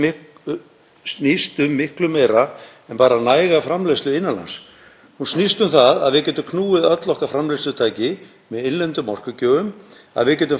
að við getum framleitt tækin sem þarf hér á landi og að önnur aðföng, eins og áburður, fóður, rúlluplast og byggingarefni, séu framleidd hér á landi sömuleiðis.